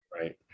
Right